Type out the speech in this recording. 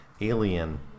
alien